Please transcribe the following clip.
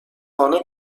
خانه